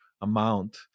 amount